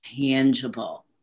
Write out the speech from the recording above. tangible